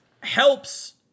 helps –